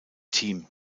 team